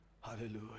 hallelujah